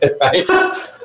right